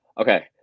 Okay